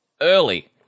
early